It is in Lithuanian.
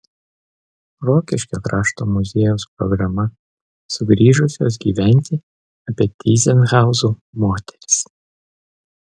rokiškio krašto muziejaus programa sugrįžusios gyventi apie tyzenhauzų moteris